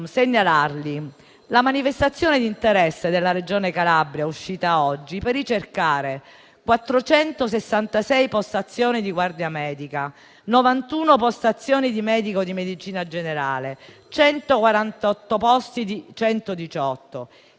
soltanto la manifestazione di interesse della Regione Calabria uscita oggi per ricercare 466 postazioni di guardia medica, 91 postazioni di medico di medicina generale, 148 posti al 118 e